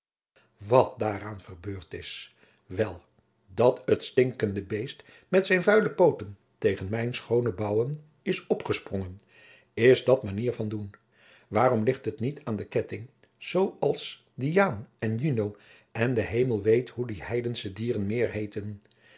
wat daaraan verbeurd is wel dat het stinkende beest met zijn vuile pooten tegen mijne schoone bouwen is opgesprongen is dat manier van doen waarom ligt het niet aan de ketting zoo als diaan en juno en de hemel weet hoe die heidensche dieren meer heeten